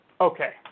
Okay